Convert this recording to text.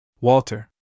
Walter